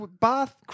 bath